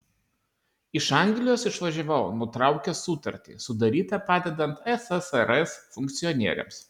iš anglijos išvažiavau nutraukęs sutartį sudarytą padedant ssrs funkcionieriams